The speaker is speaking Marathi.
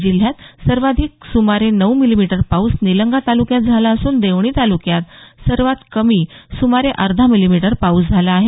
जिल्ह्यात सर्वाधिक समारे नऊ मिली मीटर पाऊस निलंगा तालुक्यात झाला असून देवणी तालुक्यात सर्वात कमी सुमारे अर्धा मिली मीटर पाऊस झाला आहे